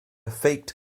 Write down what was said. faked